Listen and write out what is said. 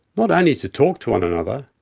not only to talk to one another,